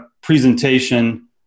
presentation